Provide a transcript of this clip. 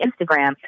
Instagram